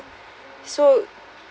so